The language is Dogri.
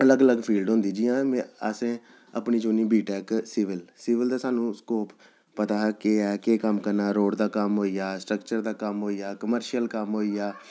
अलग अलग फील्ड होंदी जि'यां असें अपनी चुनी बी टेक सीविल सिविल दा सानूं स्कोप पता केह् ऐ केह् कम्म करना रोड दा कम्म होइया स्ट्रक्चर होइया कमर्शियल कम्म होइया